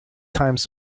times